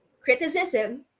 criticism